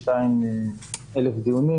שנכשלנו, אתם ואנחנו, בתהליך ה-RIA של החוק הזה.